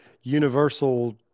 universal